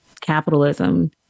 capitalism